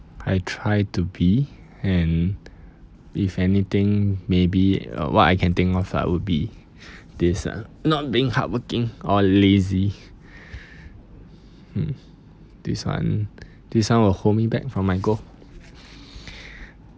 I try to be and if anything maybe uh what I can think of ah would be this ah not being hardworking or lazy hmm this one this one will hold me back from my goal